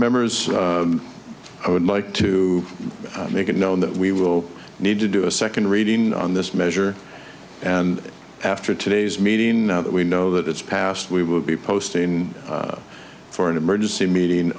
members i would like to make it known that we will need to do a second reading on this measure and after today's meeting now that we know that it's passed we will be posted in for an emergency meeting